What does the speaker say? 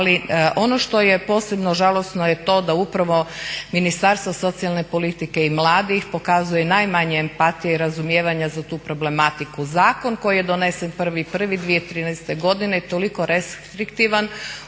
Ali ono što je posebno žalosno je to da upravo Ministarstvo socijalne politike i mladih pokazuje i najmanje empatije i razumijevanja za tu problematiku. Zakon koji je donesen 1.01.2013. godine je toliko restriktivan.